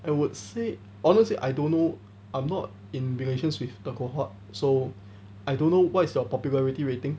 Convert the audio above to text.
I would say honestly I don't know I'm not in relations with the cohort so I don't know what is your popularity rating